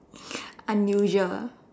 unusual